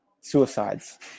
suicides